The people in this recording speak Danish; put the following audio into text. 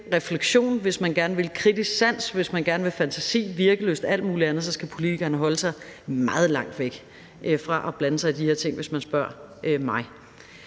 vi gerne vil fantasi, virkelyst og alt muligt andet, skal vi som politikere holde os meget langt fra at blande os i de her ting, hvis man spørger mig.